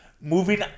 Moving